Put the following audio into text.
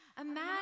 Imagine